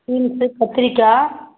beans கத்திரிக்காய்